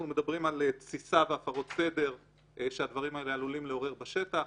אנחנו מדברים על תסיסה והפרות סדר שהדברים האלה עלולים לעורר בשטח.